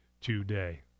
today